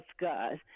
God